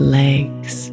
legs